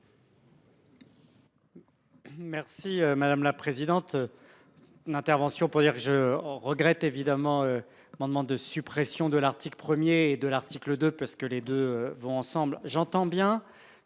Merci madame la présidente. D'intervention pour dire que je regrette évidemment amendements de suppression de l'article 1er de l'article de parce que les 2 vont ensemble. J'entends bien